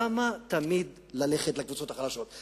למה תמיד ללכת לקבוצות החלשות?